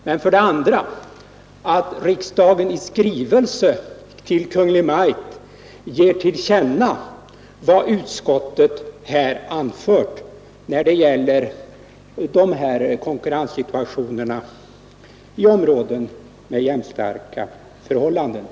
Men för det andra innebär det att riksdagen i skrivelse till Kungl. Maj:t ger till känna vad utskottet anfört om tidningar på samma utgivningsort som har ett likartat konkurrensläge.